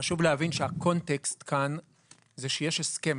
חשוב להבין שההקשר כאן הוא שיש הסכם,